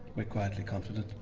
we're quietly confident.